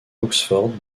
oxford